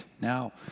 Now